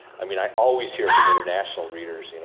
i mean, i always hear from international readers, you know